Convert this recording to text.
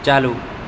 ચાલુ